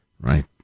Right